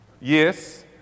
Yes